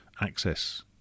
access